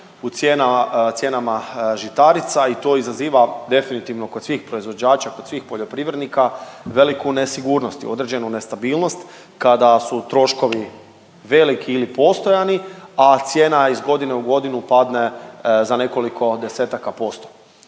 u cijenama žitarica i to izaziva definitivno kod svih proizvođača, kod svih poljoprivrednika veliku nesigurnost i određenu nestabilnost kada su troškovi veliki ili postojani, a cijena iz godine u godinu padne za nekoliko desetaka posto.